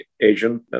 Asian